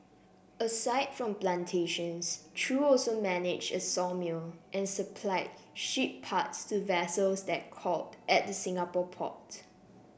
aside from plantations Chew also managed a sawmill and supplied ship parts to vessels that called at the Singapore port